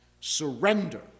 surrender